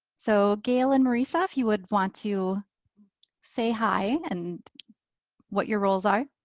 so gail and marisa if you would want to say hi and what your roles are.